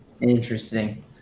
interesting